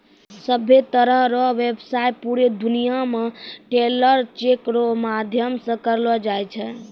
सभ्भे तरह रो व्यवसाय पूरे दुनियां मे ट्रैवलर चेक रो माध्यम से करलो जाय छै